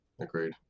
Agreed